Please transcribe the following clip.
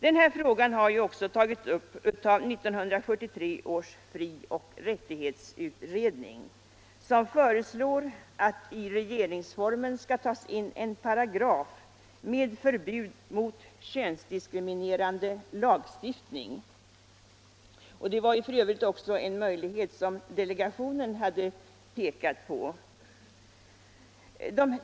Den här frågan har också tagits upp av 1973 års frioch rättighetsutredning, som föreslår att i regeringsformen skall tas in en paragraf med förbud mot könsdiskriminerande lagstiftning. Det var f. ö. en möjlighet som delegationen hade pekat på.